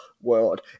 world